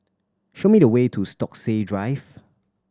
show me the way to Stokesay Drive